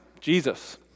Jesus